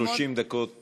30 דקות לרשותך.